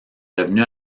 revenue